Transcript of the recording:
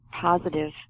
positive